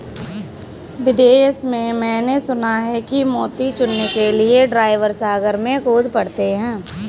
विदेश में मैंने सुना है कि मोती चुनने के लिए ड्राइवर सागर में कूद पड़ते हैं